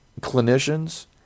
clinicians